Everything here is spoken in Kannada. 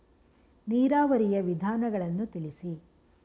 ನೀರಾವರಿಯ ವಿಧಾನಗಳನ್ನು ತಿಳಿಸಿ?